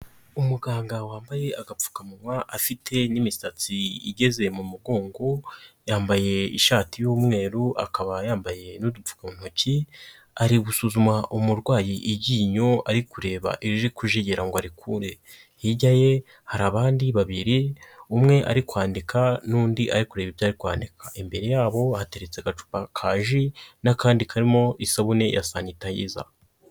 Umuganga wambaye agapfukamunwa afite n'imisatsi igeze mu mugongo, yambaye ishati y'umweru, akaba yambaye n'udupfukantoki, ari gusuzuma umurwayi iryinyo ari kureba iriri kujegera ngo arikure, hirya ye hari abandi babiri umwe ari kwandika, n'undi ari kureba ibyo ari kwandika, imbere yabo hateretse agacupa kaji, n'akandi karimo isabune ya sanitayiza.